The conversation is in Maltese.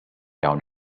hawn